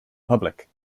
public